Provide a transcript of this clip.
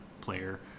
player